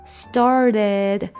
started，